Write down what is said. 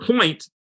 point